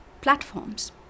platforms